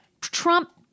Trump